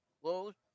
close